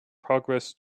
progress